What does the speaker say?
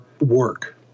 work